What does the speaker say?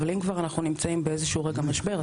אבל אם כבר אנחנו נמצאים באיזה רגע משבר,